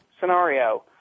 scenario